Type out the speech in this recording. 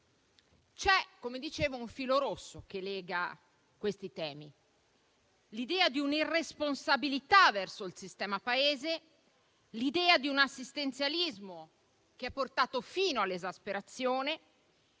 due interventi. Un filo rosso lega questi temi: l'idea di una irresponsabilità verso il sistema Paese, l'idea di un assistenzialismo che ha portato fino all'esasperazione,